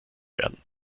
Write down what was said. werden